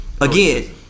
Again